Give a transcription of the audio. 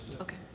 Okay